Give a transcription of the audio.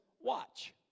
watch